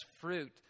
fruit